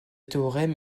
théorème